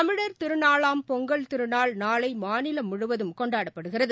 தமிழர் திருநாளாம் பொங்கல் திருநாள் நாளைமாநிலம் முழுவதும் கொண்டாடப்படுகிறது